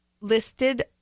listed